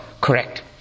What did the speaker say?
correct